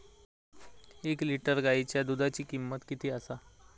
एक लिटर गायीच्या दुधाची किमंत किती आसा?